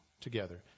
together